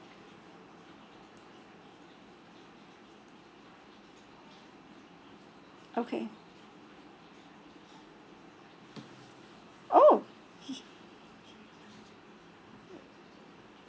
okay oh